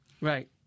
Right